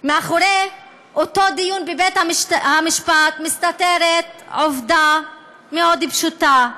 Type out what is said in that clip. מאחורי אותו דיון בבית-המשפט מסתתרת עובדה מאוד פשוטה: